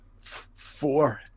four